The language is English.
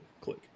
click